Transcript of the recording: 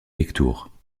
lectoure